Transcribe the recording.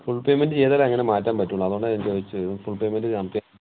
full payment ചെയ്താലേ അങ്ങനെ മാറ്റാൻ പറ്റുള്ളൂ അതുകൊണ്ടാണ് ഞാൻ ചോദിച്ചത് ഫുൾ പേമെൻറ്റ് നടത്തി